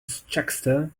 scheckter